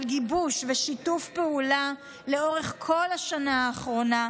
על גיבוש ושיתוף פעולה לאורך כל השנה האחרונה,